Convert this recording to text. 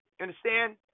understand